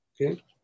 okay